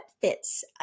fits